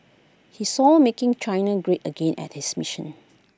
he saw making China great again at his mission